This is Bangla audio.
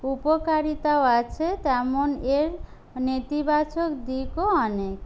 উপকারিতাও আছে তেমন এর নেতিবাচক দিকও অনেক